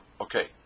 Okay